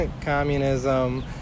communism